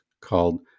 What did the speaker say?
called